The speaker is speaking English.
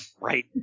Right